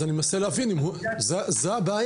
אז אני מנסה להבין אם זו הבעיה.